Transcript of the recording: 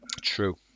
True